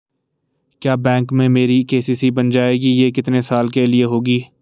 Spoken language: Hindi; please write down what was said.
क्या बैंक में मेरी के.सी.सी बन जाएगी ये कितने साल के लिए होगी?